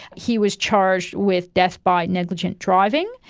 he was charged with death by negligent driving,